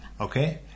Okay